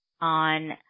on